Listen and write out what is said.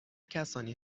کسانی